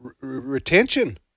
retention